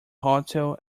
hotel